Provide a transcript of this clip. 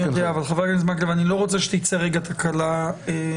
חבר הכנסת מקלב, אני לא רוצה שתצא תקלה על-ידינו.